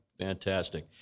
Fantastic